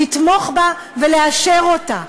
לתמוך בה ולאשר אותה.